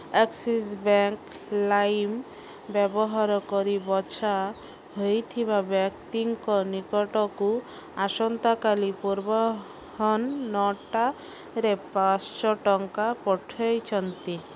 Axis Bank Lime ବ୍ୟବହାର କରି ବଛା ହୋଇଥିବା ବ୍ୟକ୍ତିଙ୍କ ନିକଟକୁ ଆସନ୍ତାକାଲି ପୂର୍ବାହ୍ନ ନଅଟାରେ ପାଞ୍ଚଶହ ଟଙ୍କା ପଠାନ୍ତୁ